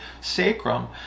sacrum